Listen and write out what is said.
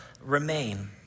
remain